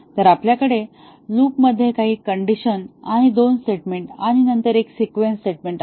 तर आपल्याकडे लूपमध्ये काही कंडिशन आणि दोन स्टेटमेंट आणि नंतर एक सीक्वेंस स्टेटमेंट आहे